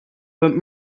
but